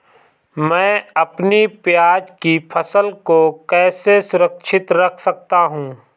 मैं अपनी प्याज की फसल को कैसे सुरक्षित रख सकता हूँ?